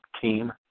team